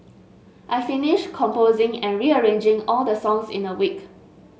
I finished composing and rearranging all the songs in a week